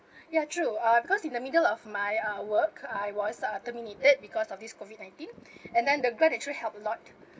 ya true uh because in the middle of my uh work I was uh terminated because of this COVID nineteen and then the grant actually help a lot